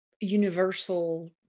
universal